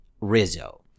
rizzo